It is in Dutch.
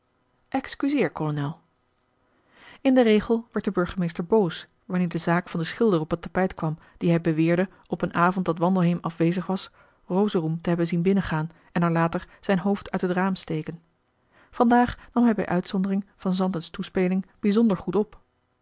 in den regel werd de burgemeester boos wanneer de zaak van den schilder op het tapijt kwam dien hij beweerde op een avond dat wandelheem afwezig was rosorum te hebben zien binnengaan en er later zijn hoofd uit het raam steken van daag nam hij bij uitzondering van zanten's toespeling bijzonder goed op